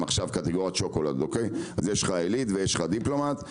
קטגורית שוקולד אז יש לך עלית, דיפלומט,